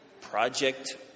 Project